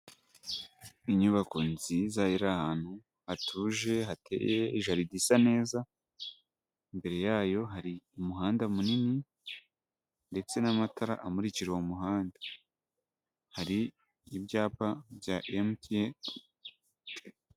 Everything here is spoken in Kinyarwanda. Inyubako nziza iri ahantutu hatuje hateye ijaride isa neza, imbere yayo hari umuhanda munini ndetse n'amatara amurikira uwo muhanda hari ibyapa bya MTN.